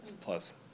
plus